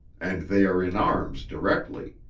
and they are in arms directly.